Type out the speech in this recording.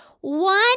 one